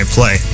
play